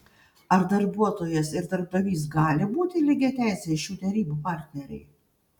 ar darbuotojas ir darbdavys gali būti lygiateisiai šių derybų partneriai